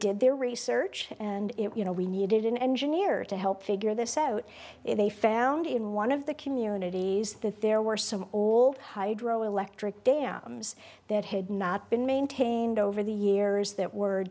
did their research and you know we needed an engineer to help figure this out they found in one of the communities that there were some old hydroelectric dams that had not been maintained over the years that word